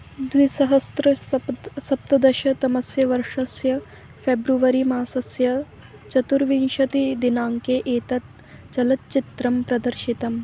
द्विसहस्रसप्त सप्तदशतमस्य वर्षस्य फ़ेब्रुवरी मासस्य चतुर्विंशतिदिनाङ्के एतत् चलच्चित्रं प्रदर्शितम्